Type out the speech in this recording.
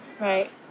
Right